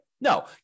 No